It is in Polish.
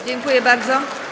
Dziękuję bardzo.